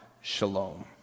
shalom